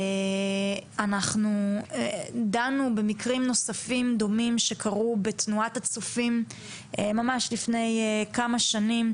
אנחנו דנו במקרים נוספים דומים שקרו בתנועת הצופים לפני כמה שנים.